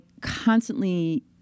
constantly